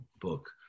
book